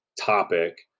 topic